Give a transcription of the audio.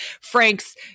Franks